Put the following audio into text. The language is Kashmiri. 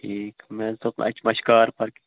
ٹھیٖک مےٚ حظ دوٚپ اَتہِ مہ چھِ کار پارکِنگ